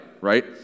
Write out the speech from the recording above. right